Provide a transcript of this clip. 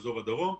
באזור הדרום,